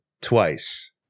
twice